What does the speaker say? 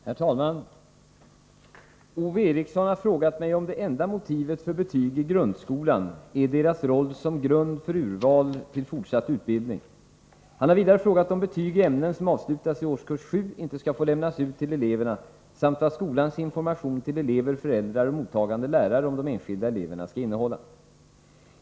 Herr talman! Ove Eriksson har frågat mig om det enda motivet för betyg i grundskolan är deras roll som grund för urval till fortsatt utbildning. Han har vidare frågat om betyg i ämnen som avslutats i årskurs 7 inte skall få lämnas ut till eleverna samt vad skolans information till elever, föräldrar och mottagande lärare om de enskilda eleverna skall innehålla.